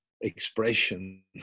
expression